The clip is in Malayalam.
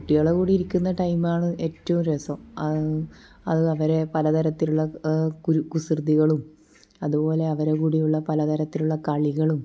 കുട്ടികളുടെ കൂടെ ഇരിക്കുന്ന ടൈമാണ് ഏറ്റവും രസം അത് അവരെ പല തരത്തിലുള്ള കുസൃതികളും അതുപോലെ അവരെ കൂടെയുള്ള പലതരത്തിലുള്ള കളികളും